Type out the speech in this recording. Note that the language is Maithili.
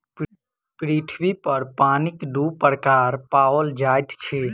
पृथ्वी पर पानिक दू प्रकार पाओल जाइत अछि